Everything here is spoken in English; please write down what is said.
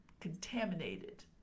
contaminated